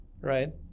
right